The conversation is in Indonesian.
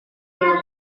minum